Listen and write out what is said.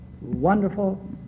wonderful